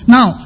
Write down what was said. Now